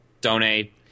Donate